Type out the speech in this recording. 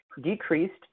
decreased